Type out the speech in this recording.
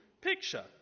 picture